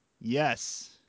Yes